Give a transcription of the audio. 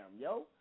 yo